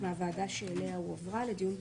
ולכן אני חושב ששם נכון להשאיר את זה.